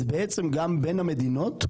גם בין המדינות,